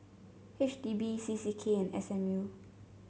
H D B C C K and S M U